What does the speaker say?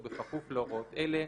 ובכפוף להוראות אלה: